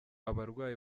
abarwayi